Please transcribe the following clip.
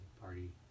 party